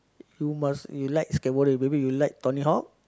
you must you like skateboarding maybe you like Tony-Hawk